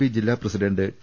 P ജില്ലാ president T